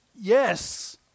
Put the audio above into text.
Yes